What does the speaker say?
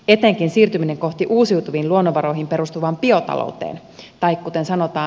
etenkin siirtyminen kohti uusiutuviin luonnonvaroihin perustuvaa biotaloutta tai kuten sanotaan